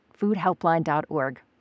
foodhelpline.org